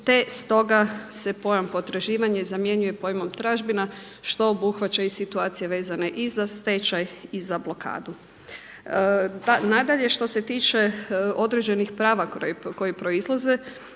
te stoga se pojam potraživanja zamjenjuje pojmom tražbina što obuhvaća i situacije vezane i za stečaj i za blokadu. Nadalje što se tiče određenih prava koje proizlaze